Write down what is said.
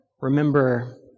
remember